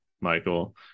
Michael